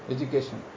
Education